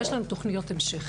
יש לנו תוכניות המשך.